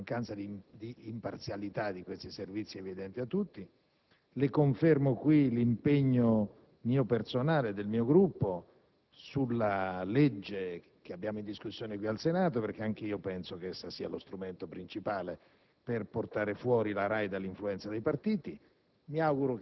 La mancanza di imparzialità di questi servizi è evidente a tutti. Le confermo qui l'impegno mio personale e del mio Gruppo sulla legge in discussione al Senato, perché anch'io penso che essa sia lo strumento principale per portare la RAI fuori dall'influenza dei partiti.